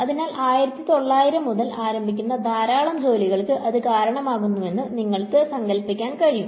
അതിനാൽ 1900 മുതൽ ആരംഭിക്കുന്ന ധാരാളം ജോലികൾക്ക് അത് കാരണമാകുമെന്ന് നിങ്ങൾക്ക് സങ്കൽപ്പിക്കാൻ കഴിയും